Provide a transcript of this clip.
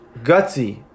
Gutsy